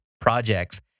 projects